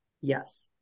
yes